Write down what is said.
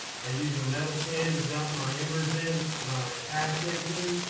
i use a metal can to dump my embers in, my ash into,